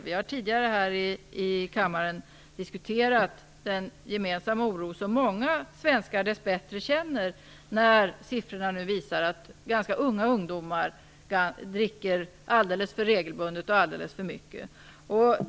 Vi har tidigare här i kammaren diskuterat den gemensamma oro som många svenskar dess bättre känner när siffrorna nu visar att ganska unga ungdomar dricker alldeles för regelbundet och alldeles för mycket.